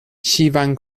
شیون